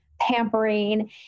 pampering